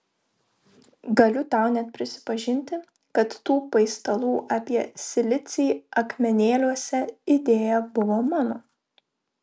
galiu tau net prisipažinti kad tų paistalų apie silicį akmenėliuose idėja buvo mano